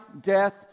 death